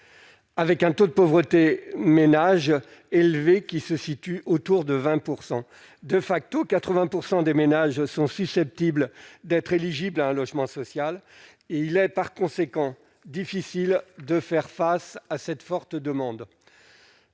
avec un taux élevé de pauvreté des ménages, autour de 20 %., 80 % des ménages sont susceptibles d'être éligibles à un logement social. Il est, par conséquent, difficile de faire face à cette forte demande.